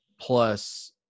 plus